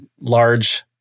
large